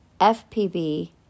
FPB